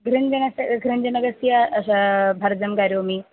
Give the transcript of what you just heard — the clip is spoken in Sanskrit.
गृञ्जनकस्य गृञ्जनकस्य भर्जं करोमि